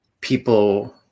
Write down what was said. people